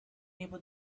able